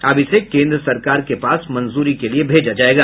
अब इसे केन्द्र सरकार के पास मंजूरी के लिए भेजा जायेगा